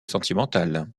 sentimental